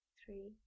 three